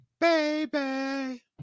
baby